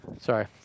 Sorry